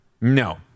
No